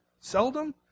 seldom